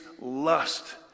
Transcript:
lust